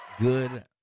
Good